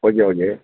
okay okay